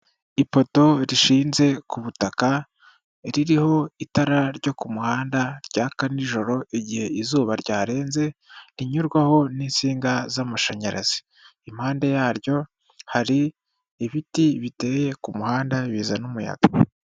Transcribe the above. Ipoto rishinze ku butaka ririho itara ryo ku muhanda ryaka nijoro igihe izuba ryarenze rinyurwaho n'insinga z'amashanyarazi, impande yaryo hari ibiti biteye ku muhanda bizana umuyaga.